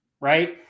right